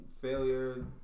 Failure